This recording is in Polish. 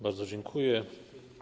Bardzo dziękuję.